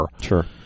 Sure